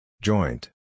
Joint